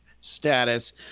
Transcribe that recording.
status